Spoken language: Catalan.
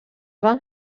van